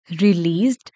released